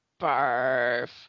Barf